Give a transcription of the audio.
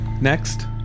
Next